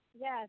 Yes